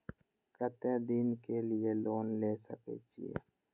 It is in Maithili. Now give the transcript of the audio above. केते दिन के लिए लोन ले सके छिए?